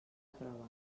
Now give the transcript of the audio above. prova